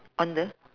on the